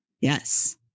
yes